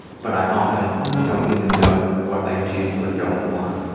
but i often don't even know what i do or don't want.